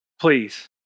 please